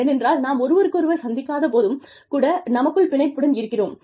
ஏனென்றால் நாம் ஒருவருக்கொருவர் சந்திக்காத போதும் கூட நமக்குள் பிணைப்புடன் இருக்கிறோம்